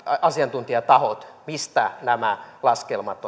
asiantuntijatahot mistä nämä laskelmat